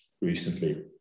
recently